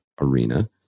arena